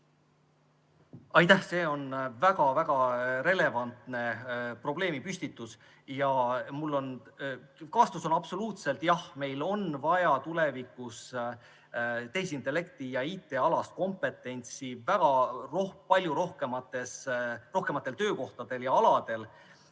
Aitäh! See on väga-väga relevantne probleemipüstitus ja vastus on absoluutselt jah. Meil on vaja tulevikus tehisintellekti- ja IT-alast kompetentsi palju rohkematel töökohtadel ja aladel.